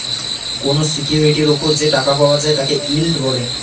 কোনো সিকিউরিটির ওপর যে টাকা পাওয়া যায় তাকে ইল্ড বলে